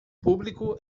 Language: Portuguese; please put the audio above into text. público